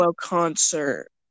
concert